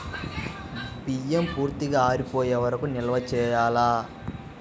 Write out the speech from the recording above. బియ్యం పూర్తిగా ఆరిపోయే వరకు నిల్వ చేయాలా?